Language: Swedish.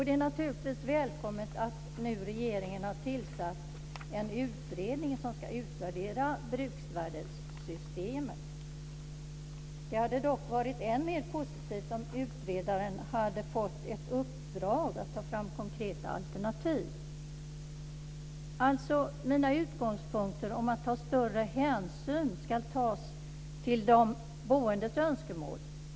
Det är naturligtvis välkommet att regeringen nu har tillsatt en utredning som ska utvärdera bruksvärdessystemet. Det hade dock varit än mer positivt om utredaren hade fått i uppdrag att ta fram konkreta alternativ. Mina utgångspunkter är alltså att större hänsyn ska tas till de boendes önskemål.